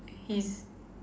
his